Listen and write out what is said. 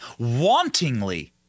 wantingly